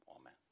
amen